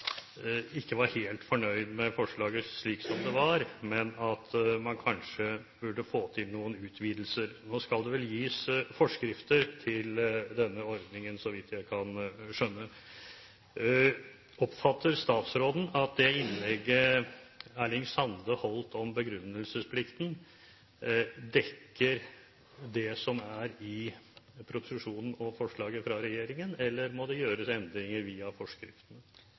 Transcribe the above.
ikke var helt fornøyd med forslaget slik det var, men at man kanskje burde få til noen utvidelser. Nå skal det vel gis forskrifter til denne ordningen, så vidt jeg kan skjønne. Oppfatter statsråden at det innlegget Erling Sande holdt om begrunnelsesplikten, dekker det som ligger i proposisjonen og forslaget fra regjeringen, eller må det gjøres endringer via